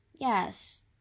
Yes